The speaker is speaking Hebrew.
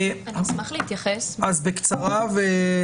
בבקשה.